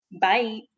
Bye